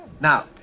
Now